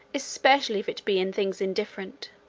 especially if it be in things indifferent.